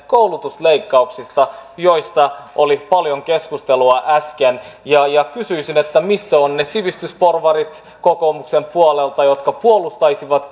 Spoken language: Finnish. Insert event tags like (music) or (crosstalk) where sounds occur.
koulutusleikkauksista joista oli paljon keskustelua äsken kysyisin missä ovat ne sivistysporvarit kokoomuksen puolelta jotka puolustaisivat (unintelligible)